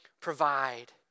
provide